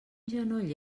genoll